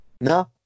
No